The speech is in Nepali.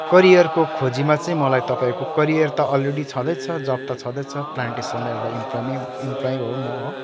करियरको खोजीमा चाहिँ मलाई तपाईँको करियर त अलरेडी छँदैछ जब त छँदैछ प्लान्टेसनमा एउटा इम्प्लोइ मे इम्प्लोइ हो म